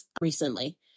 recently